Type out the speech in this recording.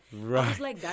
Right